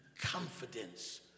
confidence